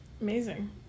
Amazing